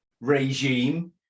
regime